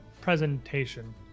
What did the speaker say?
presentation